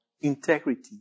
integrity